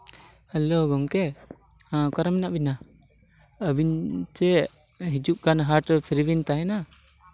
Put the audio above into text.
hello ᱜᱚᱢᱠᱮ ᱦᱮᱸ ᱚᱠᱟᱨᱮ ᱢᱮᱱᱟᱜ ᱵᱤᱱᱟ ᱟᱹᱵᱤᱱ ᱪᱮᱫ ᱦᱤᱡᱩᱜ ᱠᱟᱱ ᱦᱟᱴ ᱨᱮ ᱯᱷᱨᱤ ᱵᱤᱱ ᱛᱟᱦᱮᱱᱟ